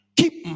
keep